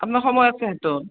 আপোনাৰ সময় আছে হাতত